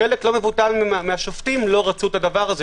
חלק לא מבוטל מהשופטים לא רצו את זה,